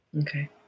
Okay